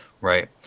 right